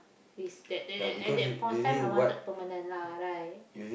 is that that that at the point of time I wanted permanent lah right